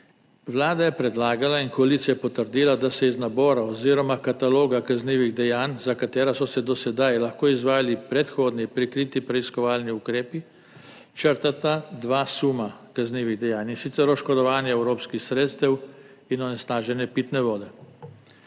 Vlada je predlagala in koalicija potrdila, da se iz nabora oziroma kataloga kaznivih dejanj, za katera so se do sedaj lahko izvajali predhodni prikriti preiskovalni ukrepi, črtata dva suma kaznivih dejanj, in sicer oškodovanje evropskih sredstev in onesnaženje pitne vode.